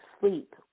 sleep